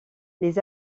les